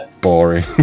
boring